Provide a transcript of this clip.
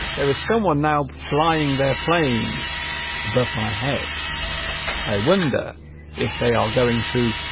there is someone now flying their plane above my head i wonder if they are going to